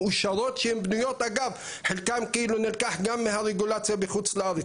מאושרות שחלקן נלקח גם מהרגולציה בחוץ לארץ.